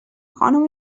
خانم